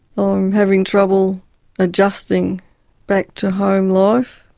um having trouble adjusting back to home life.